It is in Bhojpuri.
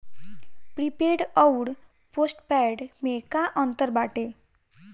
प्रीपेड अउर पोस्टपैड में का अंतर बाटे?